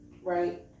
Right